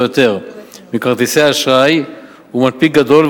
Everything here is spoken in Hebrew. יותר מכרטיסי האשראי הוא מנפיק גדול,